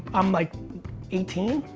i'm like eighteen?